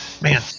Man